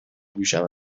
گوشم